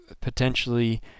potentially